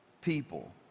people